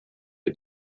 for